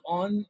on